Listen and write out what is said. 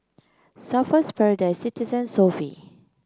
Surfer's Paradise Citizen and Sofy